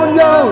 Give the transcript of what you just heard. no